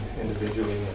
individually